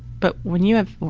but when you have,